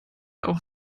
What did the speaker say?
auch